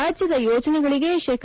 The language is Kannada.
ರಾಜ್ಯದ ಯೋಜನೆಗಳಿಗೆ ಶೇ